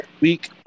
week